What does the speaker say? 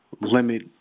limit